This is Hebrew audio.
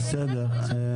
בסדר.